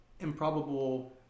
improbable